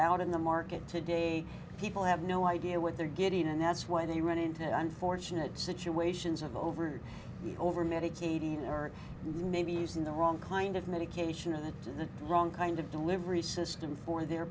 out in the market today people have no idea what they're getting and that's why they run into unfortunate situations of over and over medicated or maybe using the wrong kind of medication or the wrong kind of delivery system for their